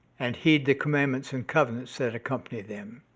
and heed the commandments and covenants that accompany them.